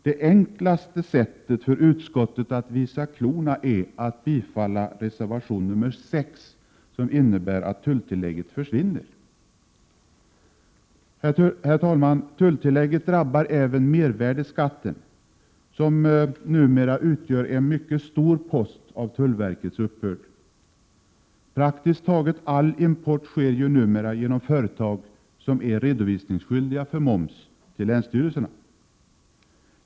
Det enklaste sättet för utskottet att visa klorna är att bifalla reservation nr 6, som innebär att tulltillägget försvinner. Herr talman! Tulltillägget drabbar även mervärdeskatten, som numera utgör en mycket stor post av tullverkets uppbörd. Praktiskt taget all import sker ju numera genom företag som är redovisningsskyldiga för moms till länsstyrelserna.